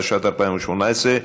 התשע"ט 2018,